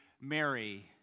Mary